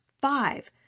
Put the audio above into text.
Five